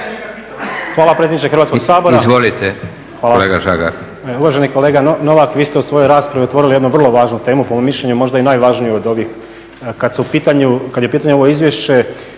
Hvala predsjedniče Hrvatskog sabora. Uvaženi kolega Novak vi ste u svojoj raspravi otvorili jedno vrlo važnu temu, po mom mišljenju možda i najvažniju od ovih. Kad je u pitanju ovo izvješće